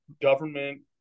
government